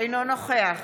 אינו נוכח